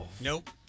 nope